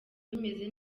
bimeze